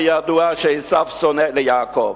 בידוע שעשיו שונא ליעקב.